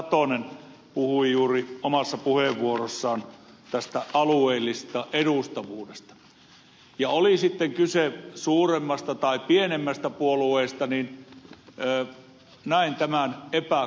satonen puhui juuri omassa puheenvuorossaan tästä alueellisesta edustavuudesta ja oli sitten kyse suuremmasta tai pienemmästä puolueesta niin näen tämän epäkohtana